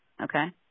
okay